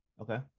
Okay